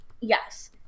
Yes